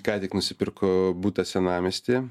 ką tik nusipirko butą senamiestyje